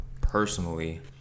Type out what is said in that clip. personally